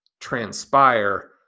transpire